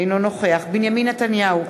אינו נוכח בנימין נתניהו,